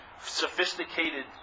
sophisticated